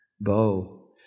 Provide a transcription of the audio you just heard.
Bow